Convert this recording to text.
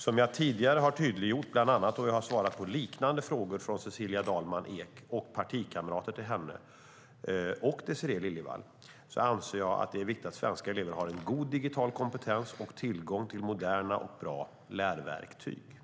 Som jag tidigare har tydliggjort, bland annat då jag har svarat på liknande frågor från Cecilia Dalman Eek, partikamrater till henne och Désirée Liljevall, anser jag att det är viktigt att svenska elever har en god digital kompetens och tillgång till moderna och bra lärverktyg.